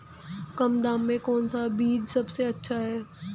कम दाम में कौन सा बीज सबसे अच्छा है?